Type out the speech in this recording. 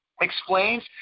explains